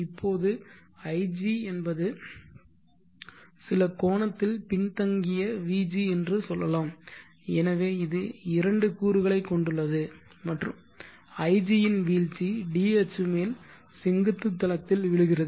இப்போது ig என்பது சில கோணத்தில் பின்தங்கிய vg என்று சொல்லலாம் எனவே இது இரண்டு கூறுகளைக் கொண்டுள்ளது மற்றும் ig இன் வீழ்ச்சி d அச்சு மேல் செங்குத்து தளத்தில் விழுகிறது